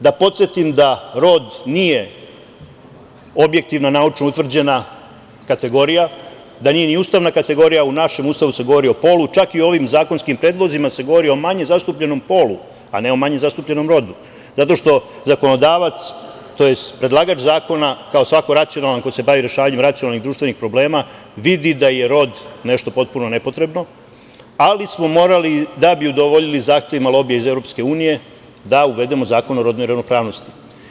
Da podsetim da rod nije objektivno naučno utvrđena kategorija, da nije ni ustavna kategorija, u našem Ustavu se govori o polu, čak i u ovim zakonskim predlozima se govori o manje zastupljenom polu, a ne o manje zastupljenom rodu, zato što zakonodavac, tj. predlagač zakona, kao svako racionalan ko se bavi rešavanjem racionalnih društvenih problema, vidi da je rod nešto potpuno nepotrebno, ali smo morali, da bi udovoljili zahtevima lobija iz Evropske unije, da uvedemo Zakon o rodnoj ravnopravnosti.